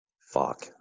Fuck